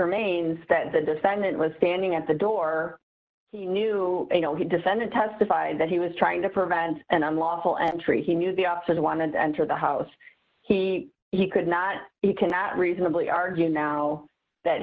remains that the defendant was standing at the door he knew you know he descended testified that he was trying to prevent an unlawful entry he knew the officer wanted to enter the house he he could not be cannot reasonably argue now that